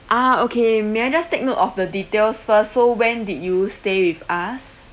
ah okay may I just take note of the details first so when did you stay with us